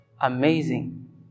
Amazing